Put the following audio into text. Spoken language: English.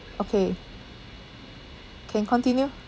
okay can continue